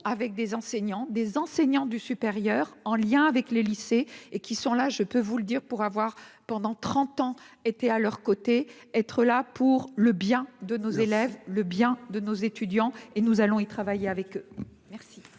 avec des enseignants, des enseignants du supérieur en lien avec les lycées et qui sont là, je peux vous le dire, pour avoir pendant 30 ans était à leurs côtés, être là pour le bien de nos élèves le bien de nos étudiants et nous allons-y travailler avec eux. Merci